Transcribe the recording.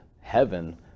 heaven